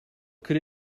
could